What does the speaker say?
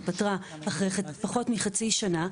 התפטרה אחרי פחות מחצי שנה,